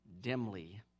dimly